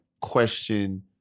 question